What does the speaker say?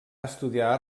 estudiar